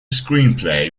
screenplay